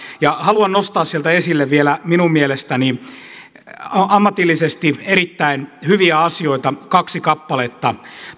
ja haluan nostaa sieltä esille vielä minun mielestäni ammatillisesti erittäin hyviä asioita kaksi kappaletta